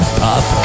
pop